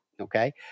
Okay